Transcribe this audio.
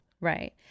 Right